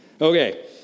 Okay